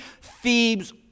Thebes